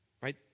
Right